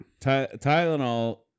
Tylenol